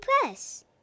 Press